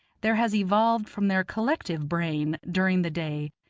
there has evolved from their collective brain during the day,